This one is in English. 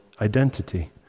identity